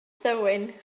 thywyn